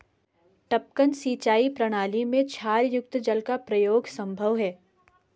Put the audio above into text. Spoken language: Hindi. टपकन सिंचाई प्रणाली में क्षारयुक्त जल का प्रयोग संभव है